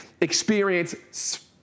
experience